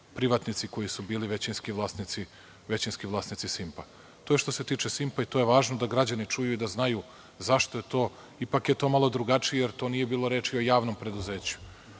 privatnici koji su bili većinski vlasnici „Simpa“. To je što se tiče „Simpa“ i to je važno da građani čuju i da znaju zašto je to. Ipak je to malo drugačije, jer to nije bilo reči o javnom preduzeću.